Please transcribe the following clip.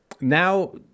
now